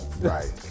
Right